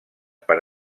per